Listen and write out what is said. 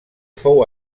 fou